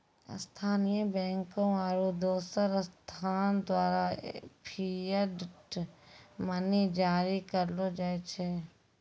स्थानीय बैंकों आरू दोसर संस्थान द्वारा फिएट मनी जारी करलो जाय छै